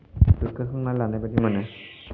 गोग्गाखांनाय लानायबायदि मोनो